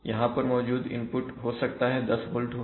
यहां पर मौजूद इनपुट हो सकता है 10 volt हो